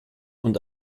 und